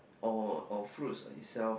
or or fruits itself